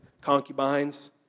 concubines